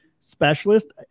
specialist